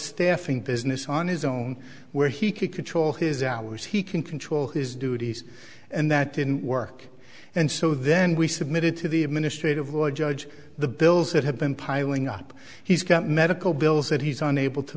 staffing business on his own where he could control his hours he can control his duties and that in work and so then we submitted to the administrative law judge the bills that have been piling up he's got medical bills that he's unable to